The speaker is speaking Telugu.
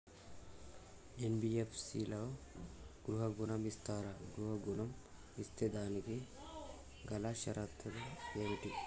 ఎన్.బి.ఎఫ్.సి లలో గృహ ఋణం ఇస్తరా? గృహ ఋణం ఇస్తే దానికి గల షరతులు ఏమిటి?